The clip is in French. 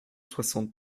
soixante